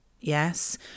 Yes